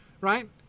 right